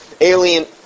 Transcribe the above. alien